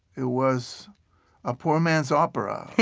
it was a poor man's opera.